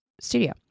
studio